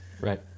Right